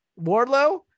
Wardlow